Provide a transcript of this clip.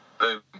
Boom